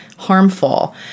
harmful